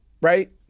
right